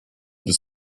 bis